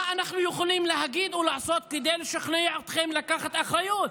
מה אנחנו יכולים להגיד ולעשות כדי לשכנע אתכם לקחת אחריות